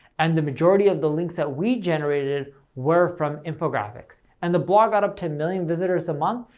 and the majority of the links that we generated were from infographics, and the blog got up to million visitors a month,